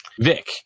Vic